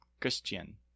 christian